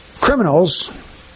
criminals